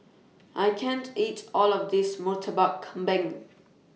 I can't eat All of This Murtabak Kambing